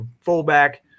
fullback